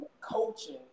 coaching